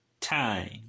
time